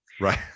Right